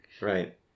Right